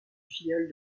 filleul